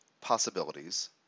possibilities